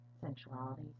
sensuality